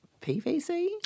PVC